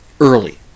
early